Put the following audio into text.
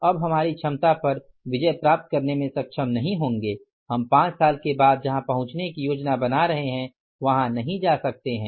हम हमारी क्षमता पर विजय प्राप्त करने में सक्षम नहीं होंगे हम पांच साल के बाद जहाँ पहुचने की योजना बना रहे है वहा नहीं जा सकते हैं